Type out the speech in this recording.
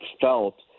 felt